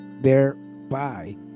thereby